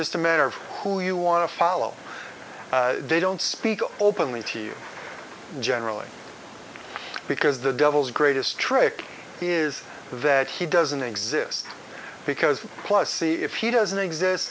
just a matter of who you want to follow they don't speak openly to you generally because the devil's greatest trick is that he doesn't exist because plus see if he doesn't exist